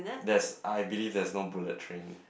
that's I believe that's not bullet train